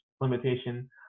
limitation